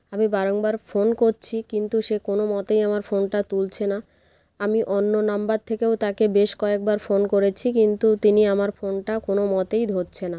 আমি বারংবার ফোন করছি কিন্তু সে কোনো মতেই আমার ফোনটা তুলছে না আমি অন্য নাম্বার থেকেও তাকে বেশ কয়েকবার ফোন করেছি কিন্তু তিনি আমার ফোনটা কোনো মতেই ধরছে না